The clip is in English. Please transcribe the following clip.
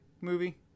movie